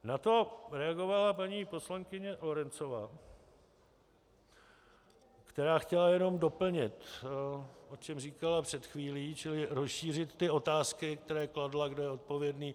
Na to reagovala paní poslankyně Lorencová, která chtěla jenom doplnit, o čem říkala před chvílí, čili rozšířit ty otázky, které kladla, kdo je odpovědný.